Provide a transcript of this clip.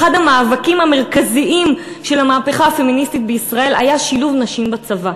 אחד המאבקים המרכזיים של המהפכה הפמיניסטית בישראל היה שילוב נשים בצבא.